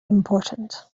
important